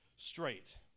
Straight